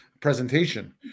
Presentation